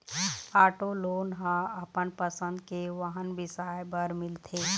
auto loan ह अपन पसंद के वाहन बिसाए बर मिलथे